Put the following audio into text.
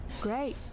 Great